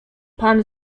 pan